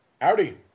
Howdy